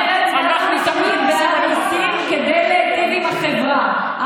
מרצ מאז ומתמיד בעד מיסים, כדי להיטיב עם החברה.